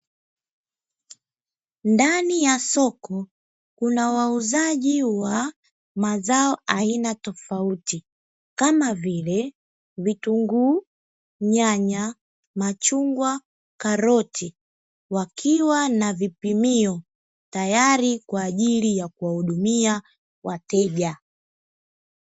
Ndani ya soko, unawauzaji wa mazao aina tofauti, kama vile vitunguu, nyanya, machungwa karoti wakiwa na vipimio tayari kwa ajili ya kuwahudumia wateja